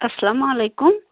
اسلامُ علیکُم